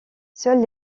seuls